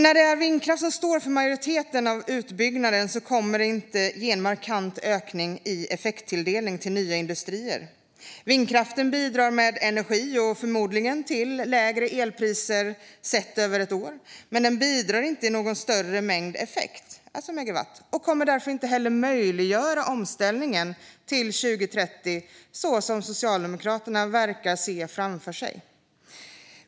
När det är vindkraft som står för majoriteten av utbyggnaden kommer det inte att ge en markant ökning i effekttilldelning till nya industrier. Vindkraften bidrar med energi och förmodligen till lägre elpriser sett över ett år, men den bidrar inte med någon större mängd effekt - alltså megawatt - och kommer därför inte heller att möjliggöra omställningen till 2030 så som Socialdemokraterna verkar se framför sig.